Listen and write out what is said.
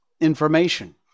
information